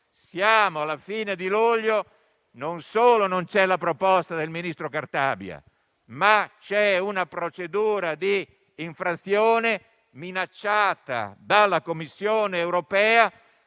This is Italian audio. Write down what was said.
Siamo alla fine di luglio e non solo non c'è la proposta del ministro Cartabia, ma c'è una procedura di infrazione minacciata dalla Commissione europea